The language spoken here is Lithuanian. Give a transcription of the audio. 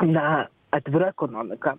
na atvira ekonomika